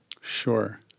Sure